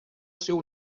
seu